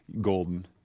golden